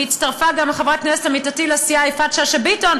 והצטרפה גם חברת הכנסת עמיתתי לסיעה יפעת שאשא ביטון,